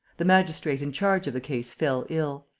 the magistrate in charge of the case fell ill.